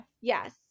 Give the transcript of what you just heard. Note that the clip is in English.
yes